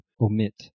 omit